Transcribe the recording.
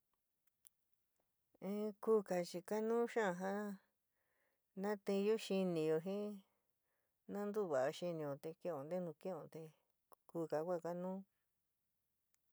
In kuka chi kanú xaán ja natinyó xiniyo jin nan tuva'a xinio te kɨn'ó ntenu kɨn'ó te kuka ku a kanú.